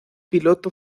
piloto